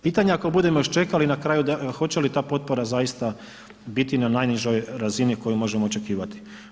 Pitanje ako budemo još čekali na kraju hoće li ta potpora zaista biti na najnižoj razini koju možemo očekivati.